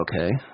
Okay